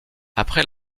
après